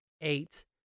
eight